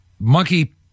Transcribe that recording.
Monkey